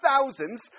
thousands